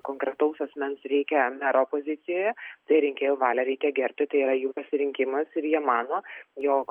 konkretaus asmens reikia mero pozicijoje tai rinkėjų valią reikia gerbti tai yra jų pasirinkimas ir jie mano jog